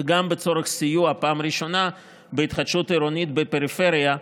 וגם לצורך סיוע בפעם ראשונה בהתחדשות עירונית בפריפריה,